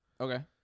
Okay